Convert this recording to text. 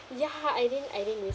ya I didn't I didn't